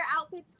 outfit's